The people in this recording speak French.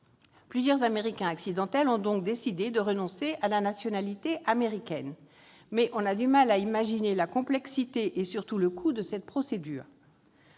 Plusieurs « Américains accidentels » ont donc décidé de renoncer à la nationalité américaine, mais on a du mal à imaginer la complexité et surtout le coût de cette procédure.